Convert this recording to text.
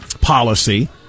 policy